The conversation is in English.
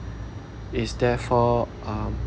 is therefore um